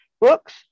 books